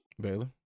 Baylor